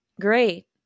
great